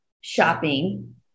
shopping